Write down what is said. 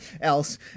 else